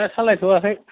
दा सालायथ'आखै